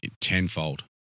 tenfold